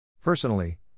Personally